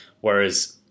Whereas